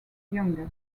younger